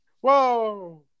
Whoa